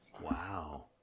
Wow